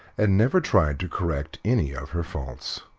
and never tried to correct any of her faults.